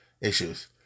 issues